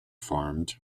farmed